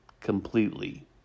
completely